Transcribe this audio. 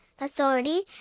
authority